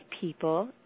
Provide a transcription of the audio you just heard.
people